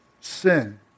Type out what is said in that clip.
sin